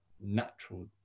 natural